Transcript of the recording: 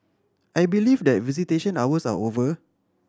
I believe that visitation hours are over